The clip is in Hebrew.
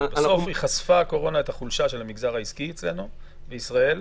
בסוף הקורונה חשפה את החולשה של המגזר העסקי אצלנו בישראל,